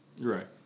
Right